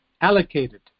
allocated